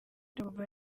drogba